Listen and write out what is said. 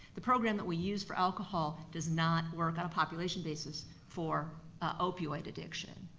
the program that we use for alcohol does not work on a population basis for ah opioid addiction.